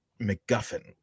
MacGuffin